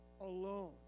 alone